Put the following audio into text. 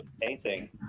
painting